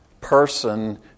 person